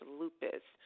lupus